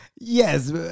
yes